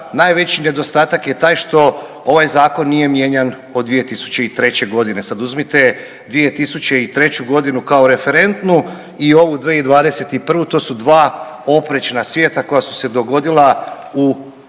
najveći nedostatak je taj što ovaj zakon nije mijenjan od 2003.g., sad uzmite 2003.g. kao referentnu i ovu 2021., to su dva oprečna svijeta koja su se dogodila u